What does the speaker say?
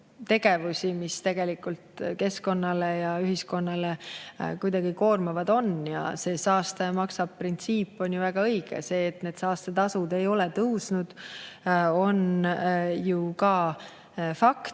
tegevusi, mis tegelikult keskkonnale ja ühiskonnale kuidagi koormavad on. See saastaja-maksab-printsiip on ju väga õige. See, et need saastetasud ei ole tõusnud, on ju ka fakt,